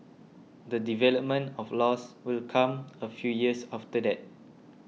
the development of laws will come a few years after that